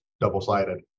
double-sided